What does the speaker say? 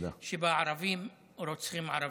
שבה ערבים רוצחים ערבים.